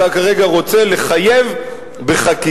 אתה כרגע רוצה לחייב בחקיקה,